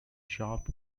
sharp